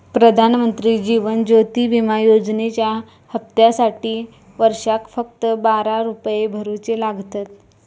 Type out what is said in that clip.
प्रधानमंत्री जीवन ज्योति विमा योजनेच्या हप्त्यासाटी वर्षाक फक्त बारा रुपये भरुचे लागतत